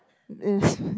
it's